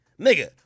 nigga